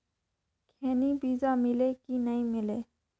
खैनी बिजा मिले कि नी मिले?